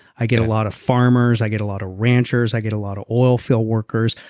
i get a lot of farmers, i get a lot of ranchers, i get a lot of oil field workers.